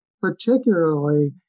particularly